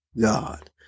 God